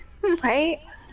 Right